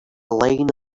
line